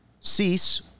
Cease